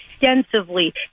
extensively